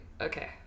okay